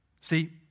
See